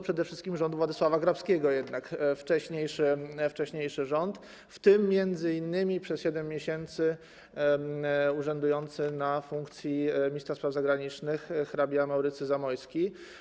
Przede wszystkim rząd Władysława Grabskiego, jednak wcześniejszy rząd, w tym m.in. przez 7 miesięcy urzędujący na funkcji ministra spraw zagranicznych hrabia Maurycy Zamoyski.